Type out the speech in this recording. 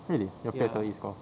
really your P_S_L_E score